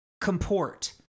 comport